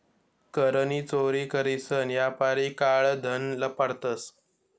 कर नी चोरी करीसन यापारी काळं धन लपाडतंस